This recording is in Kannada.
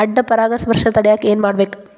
ಅಡ್ಡ ಪರಾಗಸ್ಪರ್ಶ ತಡ್ಯಾಕ ಏನ್ ಮಾಡ್ಬೇಕ್?